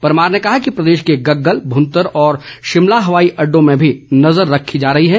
परमार ने कहा कि प्रदेश के गम्गल भूंतर और शिमला हवाई अड्डों में भी नजर रखी जा रही है